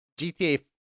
GTA